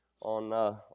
on